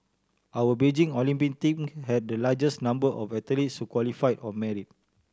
our Beijing Olympic think had the largest number of athletes who qualified on merit